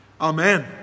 Amen